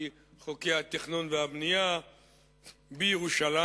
על-פי חוקי התכנון והבנייה בירושלים.